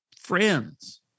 friends